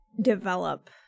develop